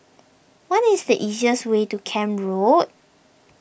what is the easiest way to Camp Road